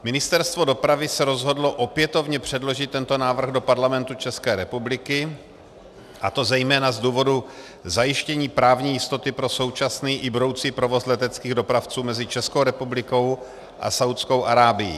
Ministerstvo dopravy se rozhodlo opětovně předložit tento návrh do Parlamentu České republiky, a to zejména z důvodu zajištění právní jistoty pro současný i budoucí provoz leteckých dopravců mezi Českou republikou a Saúdskou Arábií.